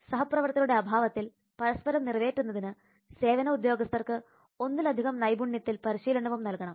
സഹപ്രവർത്തകരുടെ അഭാവത്തിൽ പരസ്പരം നിറവേറ്റുന്നതിന് സേവന ഉദ്യോഗസ്ഥർക്ക് ഒന്നിലധികം നൈപുണ്യത്തിൽ പരിശീലനവും നൽകണം